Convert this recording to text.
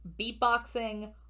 beatboxing